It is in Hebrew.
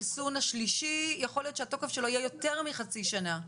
של החיסון השלישי יהיה ליותר מחצי שנה.